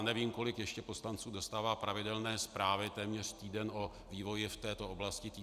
Nevím, kolik ještě poslanců dostává pravidelné zprávy téměř týden o vývoji v této oblasti TTIP.